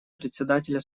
председателя